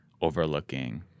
overlooking